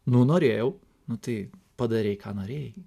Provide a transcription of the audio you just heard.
nu norėjau nu tai padarei ką norėjai